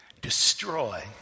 destroy